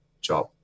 job